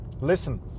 listen